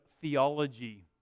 theology